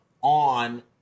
on